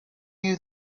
you